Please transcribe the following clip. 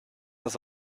das